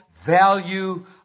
value